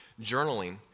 journaling